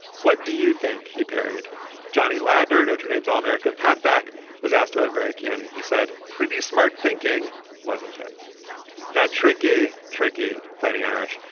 what do you think he parried johnny ladner. notre dame's all-american halfback was asked about very cuny. he said pretty smart thinking wasn't it that tricky tricky fighting irish.